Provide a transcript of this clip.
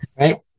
Right